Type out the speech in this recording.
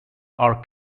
are